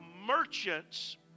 merchants